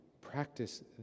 practice